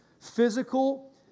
physical